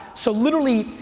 so literally,